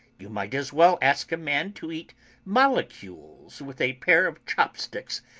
you might as well ask a man to eat molecules with a pair of chop-sticks,